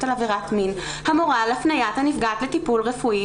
על עבירת מין המורה על הפניית הנפגעת לטיפול רפואי'